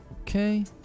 okay